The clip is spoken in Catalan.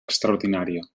extraordinària